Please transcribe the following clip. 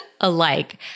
alike